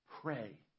Pray